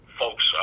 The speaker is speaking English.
folks